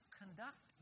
conduct